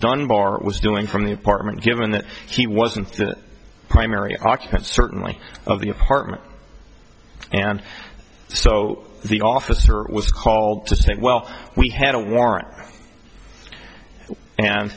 dunbar was doing from the apartment given that she wasn't the primary occupant certainly of the apartment and so the officer was called to say well we had a warrant and